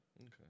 Okay